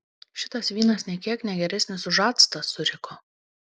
šitas vynas nė kiek ne geresnis už actą suriko